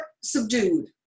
subdued